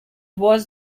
was